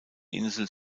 insel